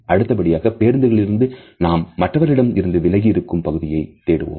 அடுத்தபடியாக பேருந்துகளில் நாம் மற்றவர்களிடம் இருந்து விலகி இருக்கும் பகுதியை தேடுவோம்